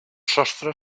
sostre